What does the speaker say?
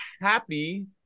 happy